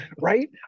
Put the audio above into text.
Right